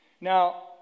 Now